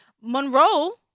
Monroe